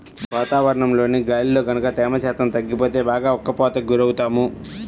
వాతావరణంలోని గాలిలో గనక తేమ శాతం తగ్గిపోతే బాగా ఉక్కపోతకి గురవుతాము